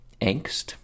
angst